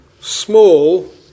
small